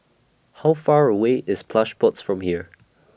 How Far away IS Plush Pods from here